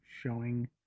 showing